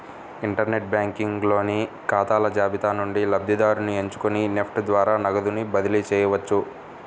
inter net banking లోని ఖాతాల జాబితా నుండి లబ్ధిదారుని ఎంచుకొని నెఫ్ట్ ద్వారా నగదుని బదిలీ చేయవచ్చు